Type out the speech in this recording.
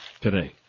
today